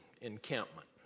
encampment